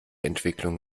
entwicklung